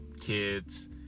kids